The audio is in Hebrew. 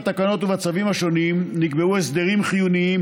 בתקנות ובצווים השונים נקבעו הסדרים חיוניים